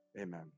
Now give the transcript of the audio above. Amen